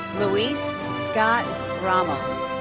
louis scott ramos.